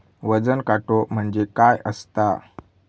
वजन काटो म्हणजे काय असता?